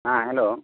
ᱦᱮᱸ